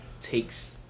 takes